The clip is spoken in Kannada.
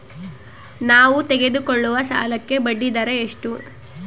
ನಾವು ತೆಗೆದುಕೊಳ್ಳುವ ಸಾಲಕ್ಕೆ ಬಡ್ಡಿದರ ಎಷ್ಟು?